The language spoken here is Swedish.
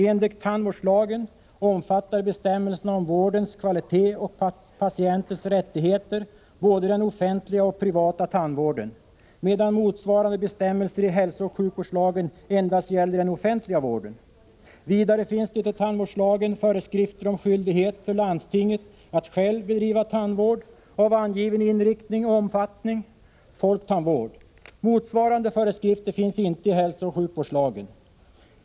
Enligt tandvårdslagen omfattar bestämmelserna om vårdens kvalitet och patientens rättigheter både den offentliga och den privata tandvården, medan motsvarande bestämmelser i hälsooch sjukvårdslagen endast gäller den offentliga vården. Vidare finns det i tandvårdslagen föreskrifter om skyldighet för landstinget att självt bedriva tandvård av angiven inriktning och omfattning — folktandvård. Motsvarande föreskrifter finns inte i hälsooch sjukvårdslagen.